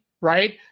right